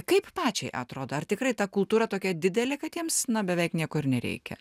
kaip pačiai atrodo ar tikrai ta kultūra tokia didelė kad jiems na beveik nieko ir nereikia